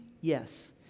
Yes